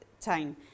time